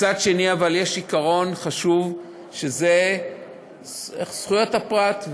מצד שני, יש עיקרון חשוב, שזה זכויות הפרט.